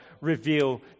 reveal